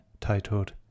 titled